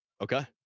Okay